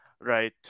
right